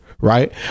Right